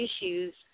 issues